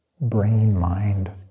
brain-mind